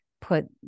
put